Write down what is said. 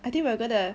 I think we're gonna